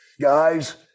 guys